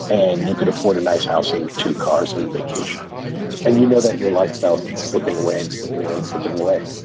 and you could afford a nice house and two cars and and vacation and you know that your lifestyle has been slipping away and slipping away and slipping away.